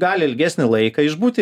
gali ilgesnį laiką išbūti